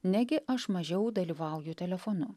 negi aš mažiau dalyvauju telefonu